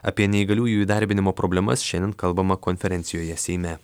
apie neįgaliųjų įdarbinimo problemas šiandien kalbama konferencijoje seime